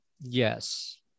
Yes